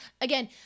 Again